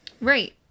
Right